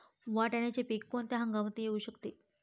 वाटाण्याचे पीक कोणत्या हंगामात येऊ शकते?